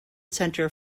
center